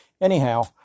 anyhow